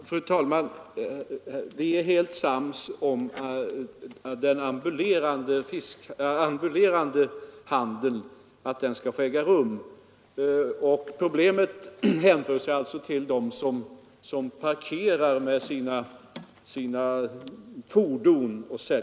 Fru talman! Vi är helt ense om att den ambulerande handeln skall få äga rum. Problemet hänför sig alltså till försäljning från parkerade fordon.